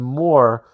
more